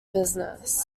business